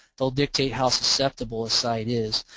they'll dictate how susceptible a site is,